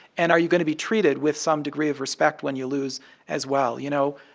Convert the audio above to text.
and are you going to be treated with some degree of respect when you lose as well, you know?